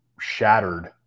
shattered